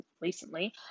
recently